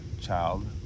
child